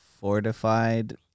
fortified